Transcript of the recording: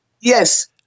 Yes